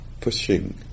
pushing